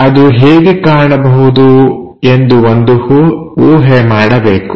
ಅದು ಹೇಗೆ ಕಾಣಬಹುದು ಎಂದು ಒಂದು ಊಹೆ ಮಾಡಬೇಕು